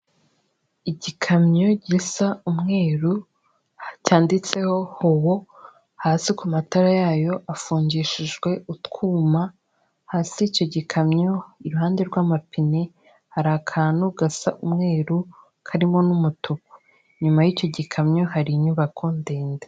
Igikamyo gisa umweru cyanditseho howo, hasi ku matara yayo hafungishijwe utwuma, hasi icyo gikamyo iruhande rw'amapine hari akantu gasa umweru karimo n'umutuku, inyuma y'icyo gikamyo hari inyubako ndende.